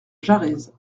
jarez